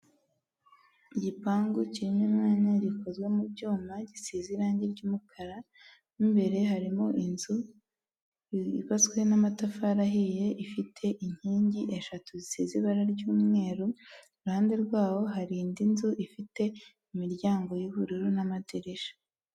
Igipangu kirimo umwanya rikozwe mu byuma, gisize irangi ry'umukara mo imbere harimo inzu yubatswe n'amatafari ahiye, ifite inkingi eshatu zisize ibara ry'umweru, iruhande rwawo hari indi nzu ifite imiryango y'ubururu n'amadirishya.